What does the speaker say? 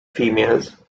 females